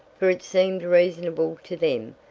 for it seemed reasonable to them,